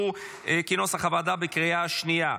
כנוסח הוועדה, אושרו בקריאה שנייה.